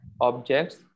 objects